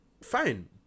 fine